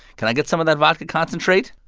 can i get some of that vodka concentrate?